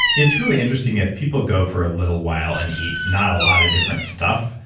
it's really interesting, if people go for a little while and eat not a lot of different stuff,